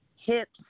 hips